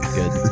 good